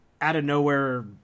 out-of-nowhere